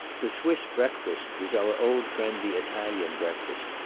the swiss breakfast was our old friend the italian breakfast,